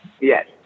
Yes